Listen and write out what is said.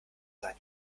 sein